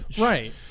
Right